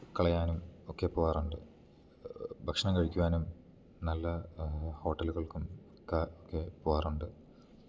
കളയാനും ഒക്കെ പോവാറുണ്ട് ഭക്ഷണം കഴിക്കുവാനും നല്ല ഹോട്ടലുകൾക്കും ഒക്കെ ഒക്കെ പോവാറുണ്ട്